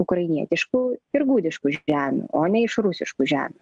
ukrainietiškų ir gudiškų žemių o ne iš rusiškų žemių